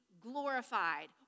glorified